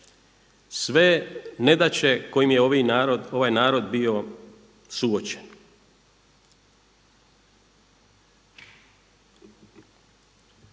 Sve nedaće s kojima je ovaj narod bio suočen.